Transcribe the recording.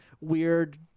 weird